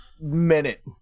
minute